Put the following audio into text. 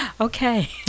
Okay